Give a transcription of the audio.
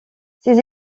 ses